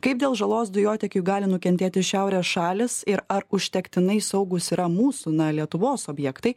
kaip dėl žalos dujotiekiui gali nukentėti šiaurės šalys ir ar užtektinai saugūs yra mūsų na lietuvos objektai